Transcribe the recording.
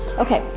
okay,